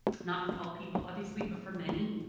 not for all people obviously but for many,